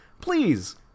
Please